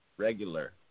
regular